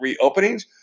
reopenings